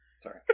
Sorry